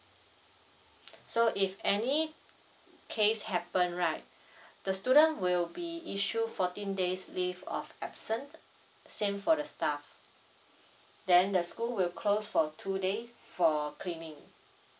so if any case happen right the student will be issued fourteen days leave of absence same for the staff then the school will close for two days for cleaning